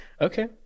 Okay